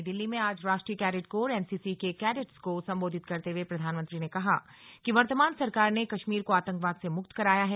नई दिल्ली में आज राष्ट्रीय कैडेट कोर एनसीसी के कैडटों को संबोधित करते हुए प्रधानमंत्री ने कहा कि वर्तमान सरकार ने कश्मीर को आतंकवाद से मुक्त कराया है